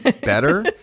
Better